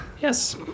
yes